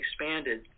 expanded